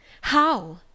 how